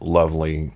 lovely